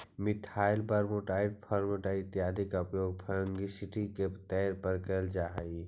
methyl bromide, formaldehyde इत्यादि के उपयोग फंगिसाइड के तौर पर कैल जा हई